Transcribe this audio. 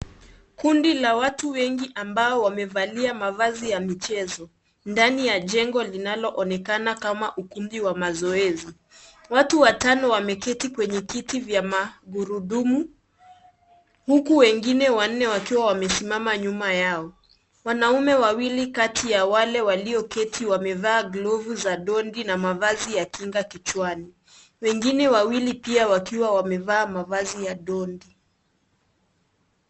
Kundi la watu wengi ambao wamevalia mavazi ya michezo, ndani ya jengo linalo onekana kama ukumbi wa mazoezi, watu watano wameketi kwenye viti vya magurudumu, huku wanne wengine wakiwa wamesimama nyuma yao, wanaume wawili kati ya wale walio keti wamevaa glovu za dondi na mavazi ya kinga kichwani, wengine wawili pia wakiwa wamevaa mavazi ya dondi.